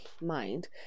mind